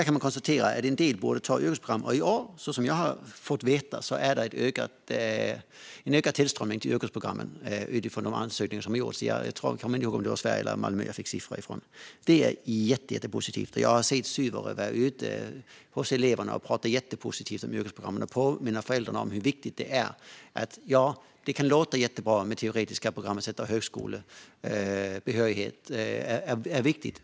Man kan konstatera att en del borde välja yrkesprogram. Jag har fått veta att det är en ökad tillströmning till yrkesprogrammen utifrån de ansökningar som gjorts. Jag kommer inte ihåg om jag fick siffran för Sverige eller för Malmö. Det är jättepositivt. Studie och yrkesvägledarna är ute hos eleverna och talar jättepositivt om yrkesprogrammen. De påminner föräldrarna om hur viktigt det är. Det kan låta bra med de teoretiska programmen som ger högskolebehörighet, och det är viktigt.